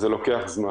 אז זה לוקח זמן,